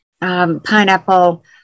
pineapple